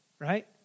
Right